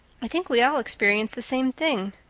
i think we all experience the same thing.